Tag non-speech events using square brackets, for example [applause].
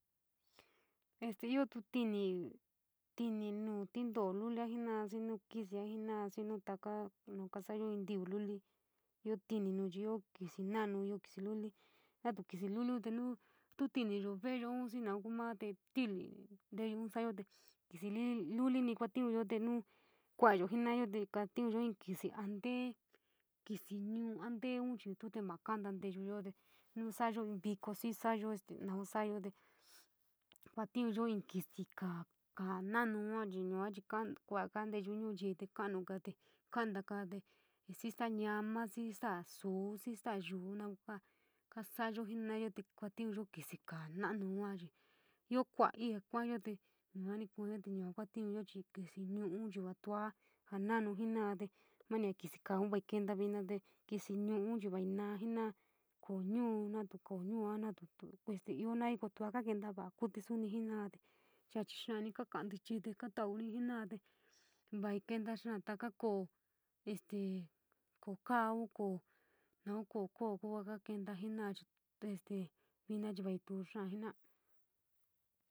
Este iotu tini tini no tinto´o lulía jenioua xi nu kixia jena´a xii nu taka no kasaiyo in toto lulo, io tintinu io kixi nomano ini kisipulí te no tintino veleyo tuu nou ku nua te titi iniiyuuu saiiyo te kixi leliniu te kunituo nu kuu koo jenoor yoo kuatiiyo in kixi ante, kixi nou onitee tuo maa koinu tiieyuyo te no nou tu kixi saiiyo nou solo noyo te [noise] kodiniyo tua te xii kisa, saiiyo nou kuu no chi yoo kixi keneinu nanu chi kai moo te kouuote te xii taa nanu nama te koo koo in te. Taa soyoo ke kuu no yoo xoo mana xaa maouu chi io koobii, saa kuuayo te yuaa kuuayo. Kunituo yo chit kixi no no ini vea te yaa. Te yaa wait inaa jenioua, koo nou, nou koo tuu te yo noo ku koo te kasaa yau kuu te jenioua te yaa xp xaa te kaiotleio te xee nou ini veleyo te vei inaa te kuu xaa taka kolo este koo koa, koo nou koo kaa ta kantu jena´a chi, este vina chi vai tuo xaa jenaáa.